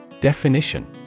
Definition